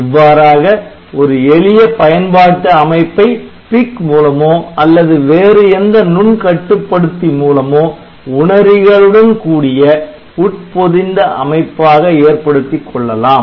இவ்வாறாக ஒரு எளிய பயன்பாட்டு அமைப்பை PIC மூலமோ அல்லது வேறு எந்த நுண் கட்டுப்படுத்தி மூலமோ உணரிகளுடன் கூடிய உட்பொதிந்த அமைப்பாக ஏற்படுத்திக் கொள்ளலாம்